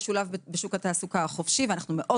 להיות משולב בחוק התעסוקה החופשי ואנחנו מאוד